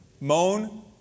Moan